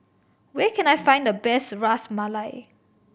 where can I find the best Ras Malai